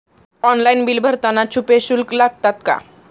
Online bill भरताना छुपे शुल्क लागतात का?